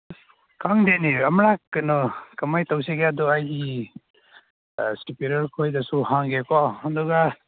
ꯑꯁ ꯈꯪꯗꯦꯅꯦ ꯑꯃꯨꯔꯛ ꯀꯩꯅꯣ ꯀꯃꯥꯏꯅ ꯇꯧꯁꯤꯒꯦ ꯑꯗꯨ ꯑꯩ ꯁꯨꯄꯤꯔꯤꯌꯔ ꯈꯣꯏꯗꯁꯨ ꯍꯪꯒꯦ ꯀꯣ ꯑꯗꯨꯒ